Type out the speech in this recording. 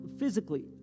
Physically